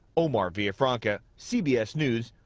omar villafranca, cbs news,